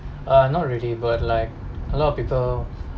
uh not really but like a lot of people